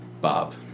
Bob